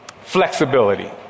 Flexibility